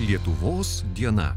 lietuvos diena